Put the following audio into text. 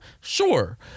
Sure